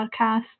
podcast